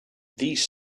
these